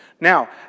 Now